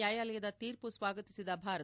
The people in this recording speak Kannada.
ನ್ಯಾಯಾಲಯದ ತೀರ್ಪು ಸ್ಲಾಗತಿಸಿದ ಭಾರತ